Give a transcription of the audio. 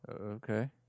Okay